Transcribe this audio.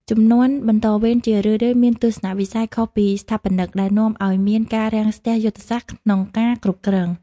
ជំនាន់បន្តវេនជារឿយៗមានទស្សនវិស័យខុសពីស្ថាបនិក ដែលនាំឱ្យមាន "ការរាំងស្ទះយុទ្ធសាស្ត្រ" ក្នុងការគ្រប់គ្រង។